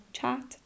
chat